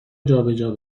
جابجا